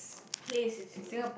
please is sewable